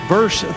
Verse